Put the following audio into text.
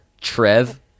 Trev